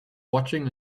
watching